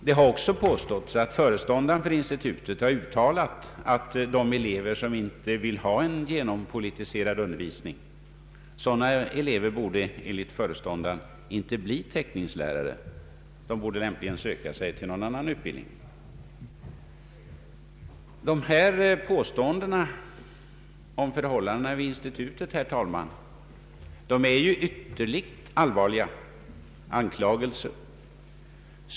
Det har också påståtts att föreståndaren för institutet har uttalat, att de elever som inte vill ha en genompolitiserad undervisning inte borde bli teckningslärare; de borde lämpligen söka sig till någon annan utbildning. Dessa påståenden om förhållandena vid institutet, herr talman, är ju ytterligt allvarliga anklagelser.